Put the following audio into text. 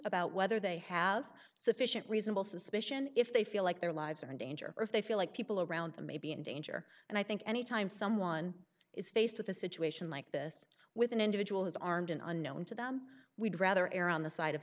about whether they have sufficient reasonable suspicion if they feel like their lives are in danger or if they feel like people around them may be in danger and i think any time someone is faced with a situation like this with an individual who's armed and unknown to them we'd rather err on the side of